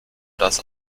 dass